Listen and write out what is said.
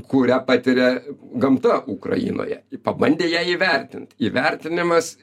kurią patiria gamta ukrainoje pabandė ją įvertint įvertinimas